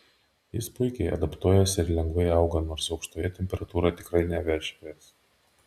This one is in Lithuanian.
jis puikiai adaptuojasi ir lengvai auga nors aukštoje temperatūroje tikrai nevešės